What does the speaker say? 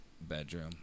bedroom